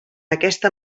aquesta